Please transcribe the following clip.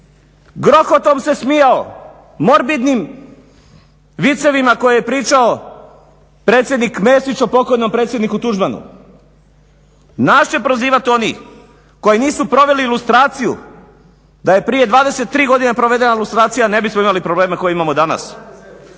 grohotom se smijao, morbidnim vicevima koje je pričao predsjednik Mesić o pokojnom predsjedniku Tuđmanu. Naš će prozivati oni koji nisu proveli lustraciju, da je prije 23 godine provedena lustracija ne bismo imali probleme koje imamo danas.